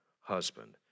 husband